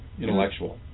intellectual